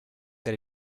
that